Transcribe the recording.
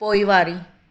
पोइवारी